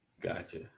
Gotcha